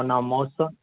ओना मौसम